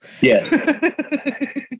Yes